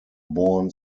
born